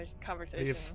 conversation